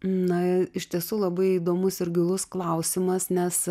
na iš tiesų labai įdomus ir gilus klausimas nes